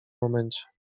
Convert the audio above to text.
momencie